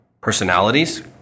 personalities